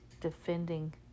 defending